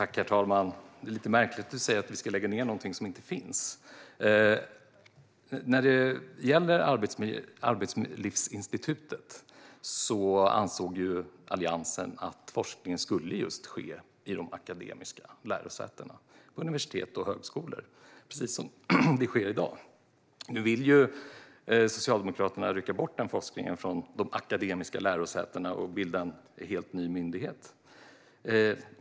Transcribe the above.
Herr talman! Det blir lite märkligt när du säger att vi ska lägga ned någonting som inte finns, Magnus Manhammar. När det gäller Arbetslivsinstitutet ansåg Alliansen att forskningen skulle ske just vid de akademiska lärosätena - på universitet och högskolor - precis som i dag. Nu vill Socialdemokraterna rycka bort den forskningen från de akademiska lärosätena och bilda en helt ny myndighet.